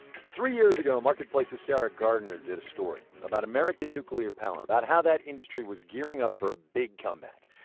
three years ago, marketplace's sarah gardner did a story about american nuclear power, about how that industry was gearing up for a big comeback.